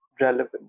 relevant